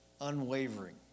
Unwavering